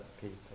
people